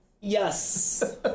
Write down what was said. Yes